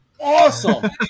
Awesome